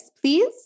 please